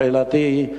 שאלתי היא: